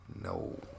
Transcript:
no